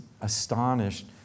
astonished